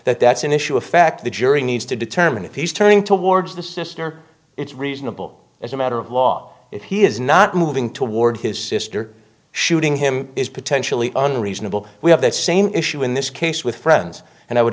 that that's an issue of fact the jury needs to determine if he's turning towards the sister it's reasonable as a matter of law if he is not moving toward his sister shooting him is potentially unreasonable we have that same issue in this case with friends and i would